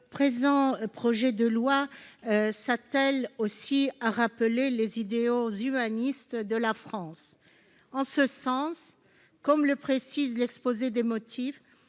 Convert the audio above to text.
présent projet de loi s'attelle aussi à rappeler les idéaux humanistes de la France. En ce sens, comme le précise l'exposé des motifs,